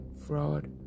fraud